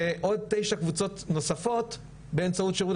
ועוד תשע קבוצות נוספות באמצעות שירות